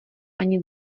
ani